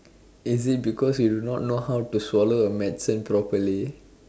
is it because you do not know how to swallow a medicine properly